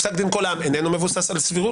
שאני חושב שפסק דין קול העם איננו מבוסס על סבירות,